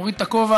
מוריד את הכובע.